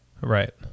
Right